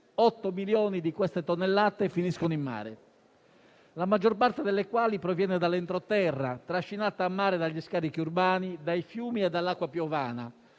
8 milioni finiscono in mare, la maggior parte delle quali proviene dall'entroterra e viene trascinata in mare dagli scarichi urbani, dai fiumi e dall'acqua piovana.